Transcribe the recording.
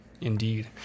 Indeed